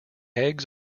eggs